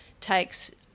takes